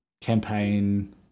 campaign